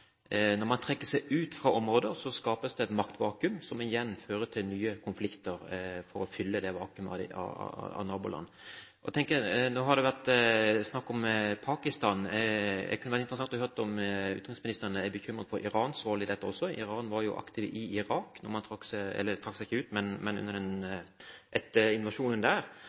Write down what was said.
et maktvakuum, som igjen fører til nye konflikter med naboland, for å fylle det vakuumet. Nå har det vært snakk om Pakistan, og det kunne vært interessant å høre om utenriksministeren er bekymret også for Irans rolle i dette. Iran var jo aktiv i Irak etter invasjonen der. Kan man forvente et noe lignende – jeg holdt jeg på å si – engasjement eller